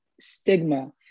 stigma